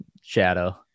shadow